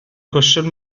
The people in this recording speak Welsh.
cwestiwn